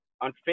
on